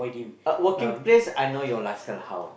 uh working place I know your lifestyle how